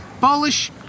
Polish